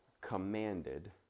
commanded